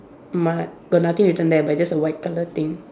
mud got nothing written there but it just a white colour thing